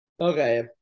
Okay